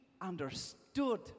understood